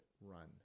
run